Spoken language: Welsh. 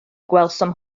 gwelsom